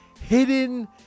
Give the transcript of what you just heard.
hidden